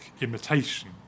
imitation